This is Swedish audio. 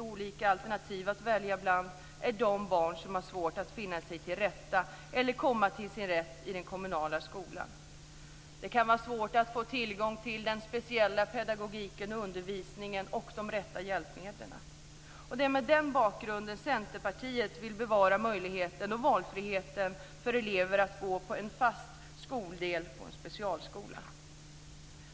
olika alternativ att välja bland är de barn som har svårt att finna sig till rätta eller komma till sin rätt i den kommunala skolan. Det kan vara svårt att få tillgång till den speciella pedagogiken och undervisningen och de rätta hjälpmedlen. Det är mot den bakgrunden som Centerpartiet vill bevara möjligheten och valfriheten för elever att gå i en fast skoldel i en specialskola.